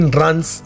runs